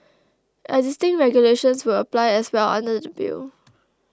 existing regulations will apply as well under the bill